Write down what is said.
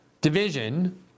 division